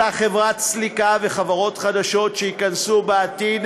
אותה חברת סליקה וחברות חדשות שייכנסו בעתיד